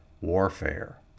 warfare